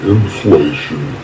Inflation